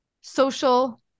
social